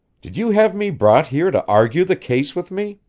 did you have me brought here to argue the case with me?